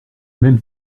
même